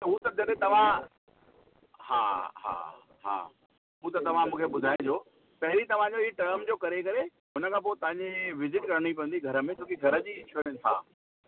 त हू त जॾहिं तव्हां हा हा हा हू त तव्हां मूंखे ॿुधाइजो पहिरीं तव्हांजो हीअ टर्म जो करे करे हुनखां पोइ तव्हांजी विजिट करिणी पवंदी घर में छो की घर जी इंश्योरेंस आहे